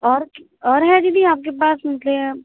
और और है दीदी आपके पास मछलियाँ